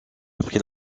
après